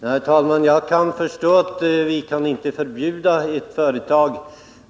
Herr talman! Jag kan förstå att vi inte kan förbjuda.